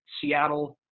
Seattle